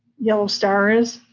yellow star is.